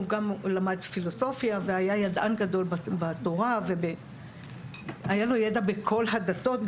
הוא גם למד פילוסופיה והיה ידען גדול בתורה והיה לו ידע בכל הדתות,